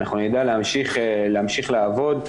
אנחנו נדע להמשיך לעבוד,